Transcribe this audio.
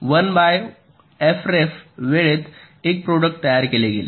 तर१ by F ref वेळेत 1 product तयार केले गेले